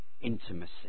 intimacy